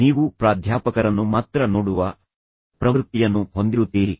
ನೀವು ಪ್ರಾಧ್ಯಾಪಕರನ್ನು ಮಾತ್ರ ನೋಡುವ ಪ್ರವೃತ್ತಿಯನ್ನು ಹೊಂದಿರುತ್ತೀರಿ